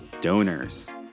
donors